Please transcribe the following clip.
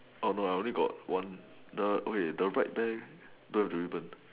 oh no I only got one the okay the right bear don't have ribbon